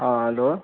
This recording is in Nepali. हेलो